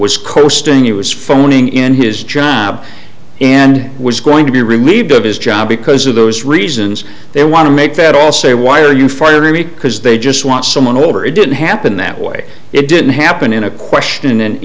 was coasting it was phoning in his job and was going to be removed of his job because of those reasons they want to make that all say why are you fired because they just want someone older it didn't happen that way it didn't happen in a question and